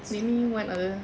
name me one other